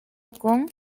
con